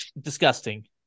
disgusting